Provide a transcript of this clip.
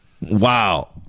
Wow